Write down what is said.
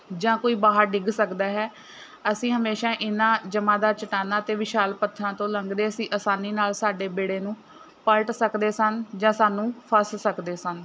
ਜਾਂ ਕੋਈ ਬਾਹਰ ਡਿੱਗ ਸਕਦਾ ਹੈ ਅਸੀਂ ਹਮੇਸ਼ਾ ਇਨ੍ਹਾਂ ਜਮਾਉ ਦਾਰ ਚਟਾਨਾਂ ਅਤੇ ਵਿਸ਼ਾਲ ਪੱਥਰਾਂ ਤੋਂ ਲੰਘਦੇ ਸੀ ਆਸਾਨੀ ਨਾਲ਼ ਸਾਡੇ ਬੇੜੇ ਨੂੰ ਪਲਟ ਸਕਦੇ ਸਨ ਜਾਂ ਸਾਨੂੰ ਫਸ ਸਕਦੇ ਸਨ